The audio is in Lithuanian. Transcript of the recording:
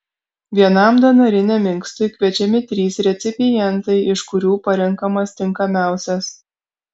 vienam donoriniam inkstui kviečiami trys recipientai iš kurių parenkamas tinkamiausias